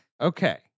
Okay